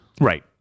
Right